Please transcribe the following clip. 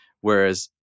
whereas